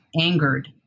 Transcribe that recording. angered